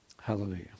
Hallelujah